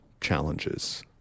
challenges